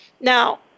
Now